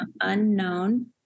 unknown